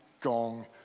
gong